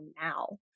now